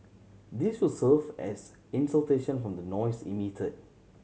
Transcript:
this will serve as from the noise emit